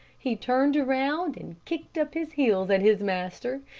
he turned around, and kicked up his heels at his master,